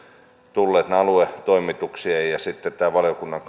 tulleita aluetoimituksia ja ja valiokunnan